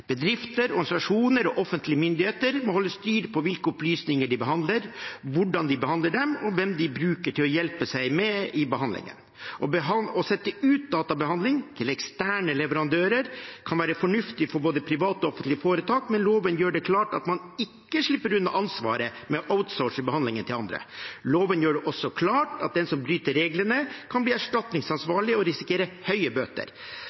Bedrifter, organisasjoner og offentlige myndigheter må holde styr på hvilke opplysninger de behandler, hvordan de behandler dem, og hvem de bruker til å hjelpe seg i behandlingen. Å sette ut databehandling til eksterne leverandører kan være fornuftig for både private og offentlige foretak, men loven gjør det klart at man ikke slipper unna ansvaret ved å outsource behandlingen til andre. Loven gjør det også klart at den som bryter reglene, kan bli erstatningsansvarlig og risikere høye bøter.